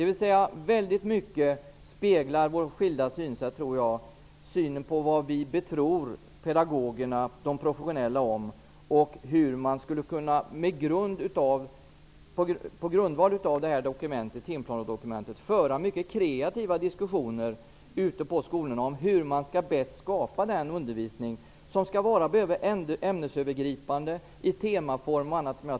Våra skilda synsätt speglar mycket av vad vi tror pedagogerna, de professionella, om och hur man ute på skolorna på grundval av timplanedokumentet skulle kunna föra mycket kreativa diskussioner om hur man bäst skapar den undervisning som skall vara ämnesövergripande, i temaform och annat.